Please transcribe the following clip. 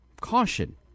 caution